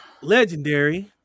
legendary